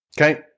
Okay